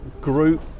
group